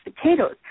potatoes